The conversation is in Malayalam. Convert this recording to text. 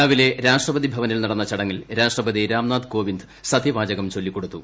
രാവിലെ രാഷ്ട്രപതി ഭവനിൽ നടന്ന ചടങ്ങിൽ രാഷ്ട്രപതി രാംനാഥ് കോവിന്ദ് സത്യവാചകം ചൊല്ലിക്കൊടുത്തു